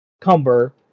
Cumber